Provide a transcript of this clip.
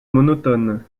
monotone